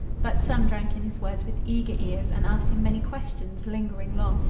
but some drank in his words with eager ears, and asked him many questions, lingering long,